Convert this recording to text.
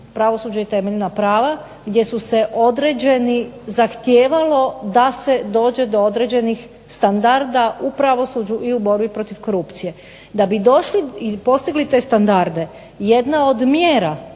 Pravosuđe i temeljna prava, gdje su određeni zahtijevali da se dođe do određenih standarda u pravosuđu i borbi protiv korupcije. Da bi postigli te standarde jedna od mjera